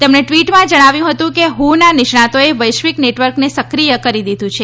તેમણે ટ્વીટમાં જણાવ્યું હતું કે હુ ના નિષ્ણાંતોએ વૈશ્વિક નેટવર્કને સક્રિય કરી દીધુ છે